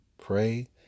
pray